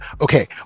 Okay